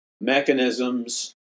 mechanisms